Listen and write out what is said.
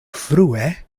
frue